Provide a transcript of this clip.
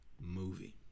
Movie